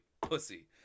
pussy